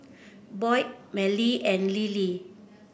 Boyd Mallie and Lily